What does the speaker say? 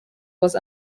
was